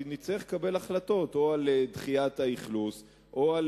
נצטרך לקבל החלטה או על דחיית האכלוס או על